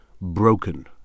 broken